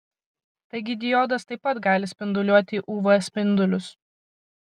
taigi diodas taip pat gali spinduliuoti uv spindulius